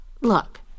look